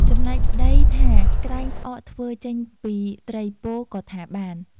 ចំណែកប្ដីថាក្រែងផ្អកធ្វើចេញពីត្រីពោក៏ថាបាន។